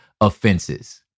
offenses